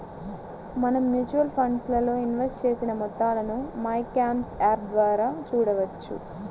మనం mutual funds లో invest చేసిన మొత్తాలను మైక్యామ్స్ యాప్ ద్వారా చూడవచ్చు